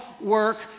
work